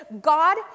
God